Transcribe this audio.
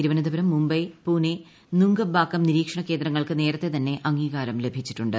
തിരുവനന്തപുരം മുംബൈ പൂനെ നുങ്കംബാക്കം നിരീക്ഷണ കേന്ദ്രങ്ങൾക്ക് നേരത്തെ തന്നെ അംഗീകാരം ലഭിച്ചിട്ടുണ്ട്